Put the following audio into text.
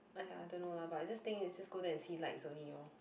aiyah I don't know lah but I just think it's just go there and see lights only lor